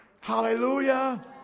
Hallelujah